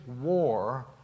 war